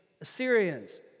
Assyrians